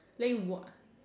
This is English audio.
then you what